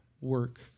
work